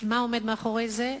מה עומד מאחורי זה,